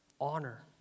honor